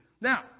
now